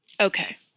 Okay